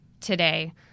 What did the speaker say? today